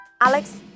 Alex